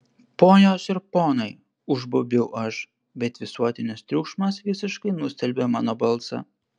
ponios ir ponai užbaubiau aš bet visuotinis triukšmas visiškai nustelbė mano balsą